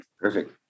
Perfect